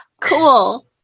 cool